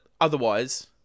otherwise